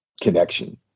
connection